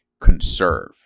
conserve